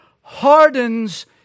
Hardens